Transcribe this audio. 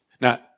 Now